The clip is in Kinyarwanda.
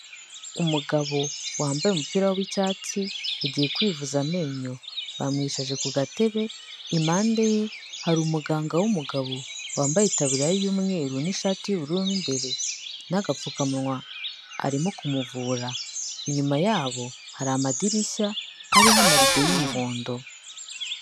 Umugabo wambaye umupira w'icyatsi, yagiye kwivuza amenyo, bamwicaje ku gatebe, impande ye hari umuganga w'umugabo, wambaye itaburiya y'umweru, n'ishati y'ubururu mo imbere, n'agapfukamunwa arimo kumuvura, inyuma yabo hari amadirishya ariho amarido y'umuhondo.